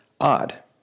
odd